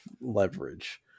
leverage